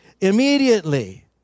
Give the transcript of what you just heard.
immediately